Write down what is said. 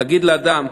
להגיד לאדם: